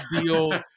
deal